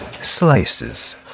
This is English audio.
slices